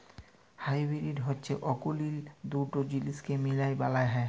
hybrid হছে অকুলীল দুট জিলিসকে মিশায় বালাল হ্যয়